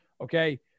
Okay